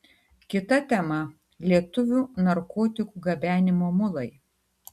kita tema lietuvių narkotikų gabenimo mulai